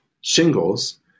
shingles